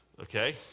Okay